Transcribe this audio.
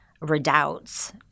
redoubts